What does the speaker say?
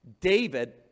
David